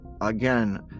again